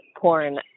porn